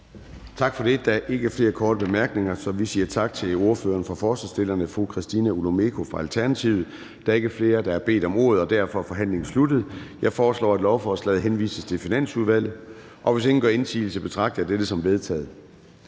Gade): Der er ikke flere korte bemærkninger, så vi siger tak til ordføreren for forslagsstillerne, fru Christina Olumeko fra Alternativet. Der er ikke flere, der har bedt om ordet, og derfor er forhandlingen sluttet. Jeg foreslår, at lovforslaget henvises til Finansudvalget. Hvis ingen gør indsigelse, betragter jeg dette som vedtaget.